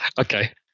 Okay